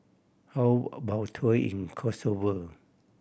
how about a tour in Kosovo